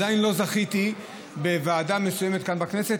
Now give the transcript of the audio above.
ועדיין לא זכיתי בוועדה מסוימת כאן בכנסת